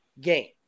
game